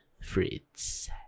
Fritz